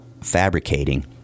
Fabricating